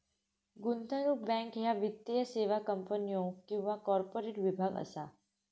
गुंतवणूक बँक ह्या वित्तीय सेवा कंपन्यो किंवा कॉर्पोरेट विभाग असा